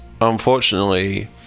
unfortunately